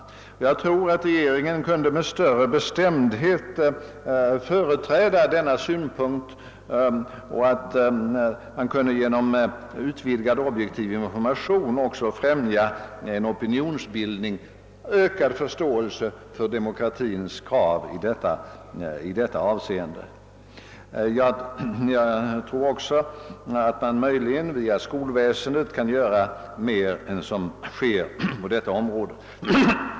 Jag tror att regeringen med större bestämdhet kunde företräda denna synpunkt och att man genom utvidgad objektiv information kunde främja en sådan opinionsbildning och därmed en ökad förståelse för demokratins krav i detta avseende. Jag tror också att man via skolväsendet kan göra mer än som sker på detta område.